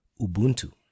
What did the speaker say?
Ubuntu